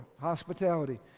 Hospitality